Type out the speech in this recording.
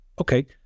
Okay